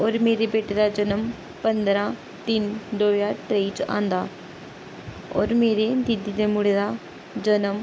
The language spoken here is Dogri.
होर मेरे बेटे दा जनम पंदरां तिन्न दो ज्हार त्रेई च आंदा होर मेरी दीदी दे मुड़े दा जनम